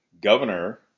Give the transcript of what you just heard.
governor